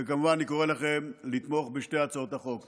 וכמובן, אני קורא לכם לתמוך בשתי הצעות החוק.